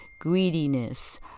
greediness